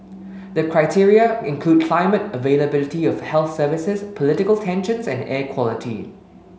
the criteria include climate availability of health services political tensions and air quality